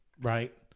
Right